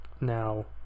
now